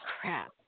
Crap